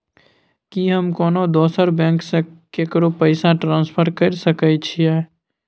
की हम कोनो दोसर बैंक से केकरो पैसा ट्रांसफर कैर सकय छियै?